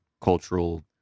cultural